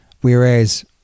Whereas